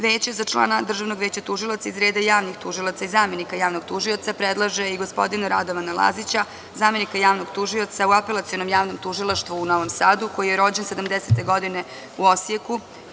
Veće za člana Državnog veća tužilaca iz reda javnih tužilaca i zamenika javnog tužioca predlaže i gospodina Radovana Lazića, zamenika javnog tužioca u Apelacionom javnom tužilaštvu u Novom Sadu, koji je rođen 1970. godine u Osijeku.